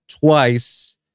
twice